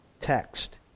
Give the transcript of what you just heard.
text